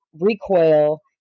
recoil